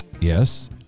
Yes